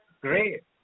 Great